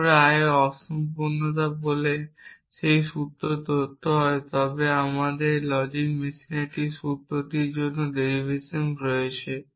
তারপরে l সম্পূর্ণতা বলে যে যদি একটি সূত্র সত্য হয় তবে আমার লজিক মেশিনে সেই সূত্রটির জন্য একটি ডেরিভেশন রয়েছে